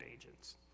agents